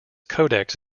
codex